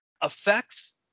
affects